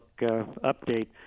update